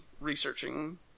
researching